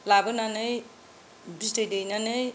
लाबोनानै बिदै दैनानै